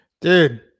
Dude